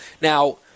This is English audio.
Now